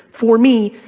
for me,